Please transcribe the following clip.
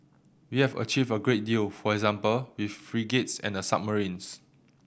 we have achieved a great deal for example with frigates and the submarines